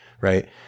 Right